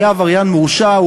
היה עבריין מורשע,